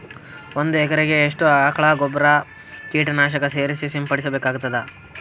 ಒಂದು ಎಕರೆಗೆ ಎಷ್ಟು ಆಕಳ ಗೊಬ್ಬರ ಕೀಟನಾಶಕ ಸೇರಿಸಿ ಸಿಂಪಡಸಬೇಕಾಗತದಾ?